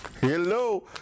Hello